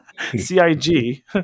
CIG